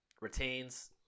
Retains